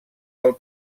del